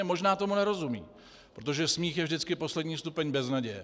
Možná tomu nerozumí, protože smích je vždycky poslední stupeň beznaděje.